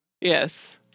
Yes